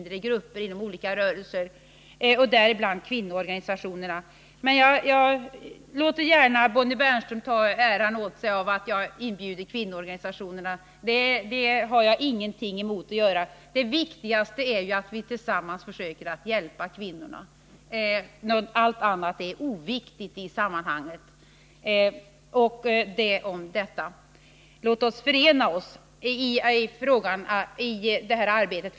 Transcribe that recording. Det gäller bl.a. kvinnoorganisationerna. Jag låter emellertid gärna Bonnie Bernström ta åt sig äran av att jag har inbjudit kvinnoorganisationerna. Det viktigaste är ju att vi tillsammans försöker hjälpa kvinnorna. Allt annat är oviktigt i sammanhanget. Detta om detta. Låt oss förena oss i arbetet på det här området.